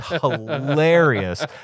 hilarious